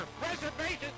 Reservations